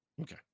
Okay